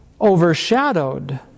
overshadowed